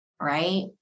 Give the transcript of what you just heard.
right